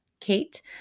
Kate